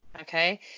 okay